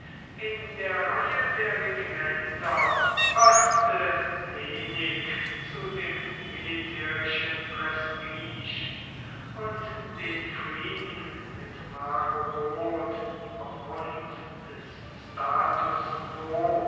in der reihe der regimenter paßte wenig zu dem militärischen prestige und den frieden mit marobod aufgrund des status quo